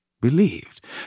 believed